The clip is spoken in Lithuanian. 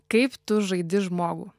kaip tu žaidi žmogų